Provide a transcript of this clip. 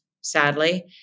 sadly